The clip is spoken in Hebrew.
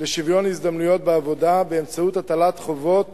לשוויון ההזדמנויות בעבודה באמצעות הטלת חובות